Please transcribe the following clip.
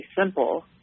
simple